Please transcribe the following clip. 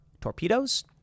torpedoes